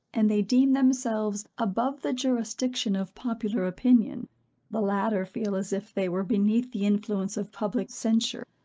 and they deem themselves above the jurisdiction of popular opinion the latter feel as if they were beneath the influence of public censure,